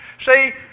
See